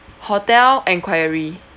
hotel enquiry